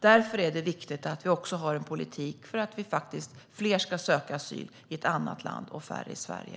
Därför är det viktigt att vi också har en politik så att fler ska söka asyl i ett annat land och färre i Sverige.